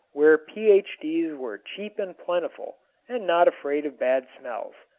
where ph d s were cheap and plentiful and not afraid of bad smells.